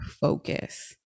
focus